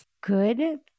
good